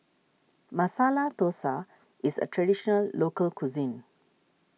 Masala Dosa is a Traditional Local Cuisine